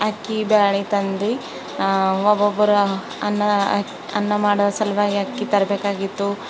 ಅಕ್ಕಿ ಬ್ಯಾಳಿ ತಂದು ಒಬ್ಬೊಬ್ರ ಅನ್ನ ಅಕ್ಕಿ ಅನ್ನ ಮಾಡೋ ಸಲುವಾಗಿ ಅಕ್ಕಿ ತರಬೇಕಾಗಿತ್ತು